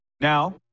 Now